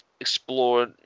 explore